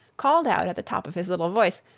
called out at the top of his little voice,